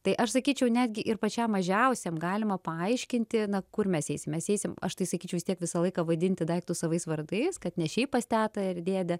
tai aš sakyčiau netgi ir pačiam mažiausiam galima paaiškinti na kur mes eisime mes eisim aš tai sakyčiau vis tiek visą laiką vaidinti daiktus savais vardais kad ne šiaip pas tetą ir dėdę